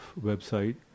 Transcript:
website